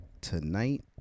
tonight